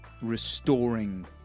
restoring